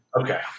Okay